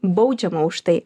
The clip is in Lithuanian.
baudžiama už tai